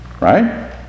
right